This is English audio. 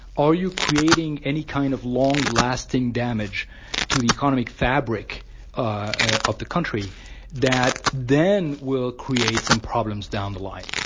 are you creating any kind of long-lasting damage to the economic fabric ah of the country that then will create some problems down the line?